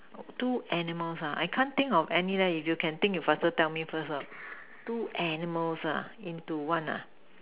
two animals ah I can't think of any leh if you can think you faster tell me first lor two animals ah into one ah